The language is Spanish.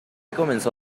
comenzó